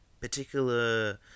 particular